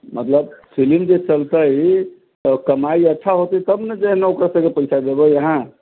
मतलब फिलिम जे चलतै त कमाइ अच्छा होतै तब न जे है न ओकरासबके पैसा देबै अहाँ